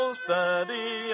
steady